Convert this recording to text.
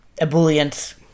Ebullient